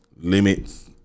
Limits